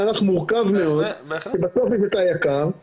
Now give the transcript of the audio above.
והתעלמת מזה או לא התייחסת לזה.